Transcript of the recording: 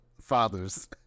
fathers